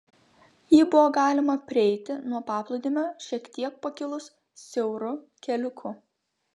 jį buvo galima prieiti nuo paplūdimio šiek tiek pakilus siauru keliuku